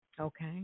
Okay